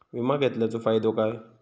विमा घेतल्याचो फाईदो काय?